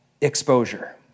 exposure